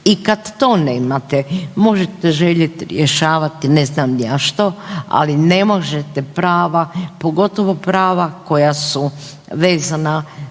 I kad to nemate možete željet rješavati ne zna ni ja što, ali ne možete prava, pogotovo prava koja su vezana